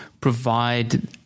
provide